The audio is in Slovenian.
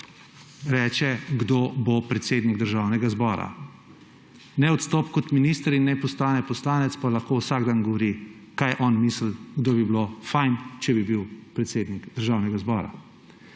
reče, kdo bo predsednik Državnega zbora. Naj odstopi kot minister in naj postane poslanec, pa lahko vsak dan govori, za koga on misli, da bi bilo fajn, če bi bil predsednik Državnega zbora.